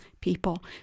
people